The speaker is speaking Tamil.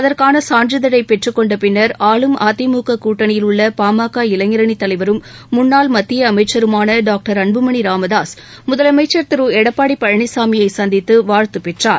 அதற்கான சான்றிதழை பெற்றுக் கொண்ட பின்னர் ஆளும் அதிமுக கூட்டணியில் உள்ள பாமக இளைஞரணித் தலைவரும் முன்னாள் மத்திய அமைச்சருமான டாக்டர் அன்புமணி ராமதாஸ் முதலமைச்சர் திரு எடப்பாடி பழனிசாமியை சந்தித்து வாழ்த்துப் பெற்றார்